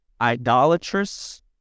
idolatrous